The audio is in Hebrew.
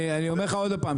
אני אומר לך עוד פעם,